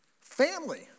Family